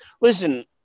listen